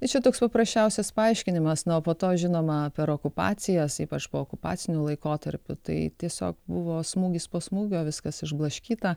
bet čia toks paprasčiausias paaiškinimas na o po to žinoma per okupacijas ypač po okupaciniu laikotarpiu tai tiesiog buvo smūgis po smūgio viskas išblaškyta